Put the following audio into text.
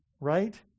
right